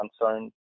concerned